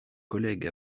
collègues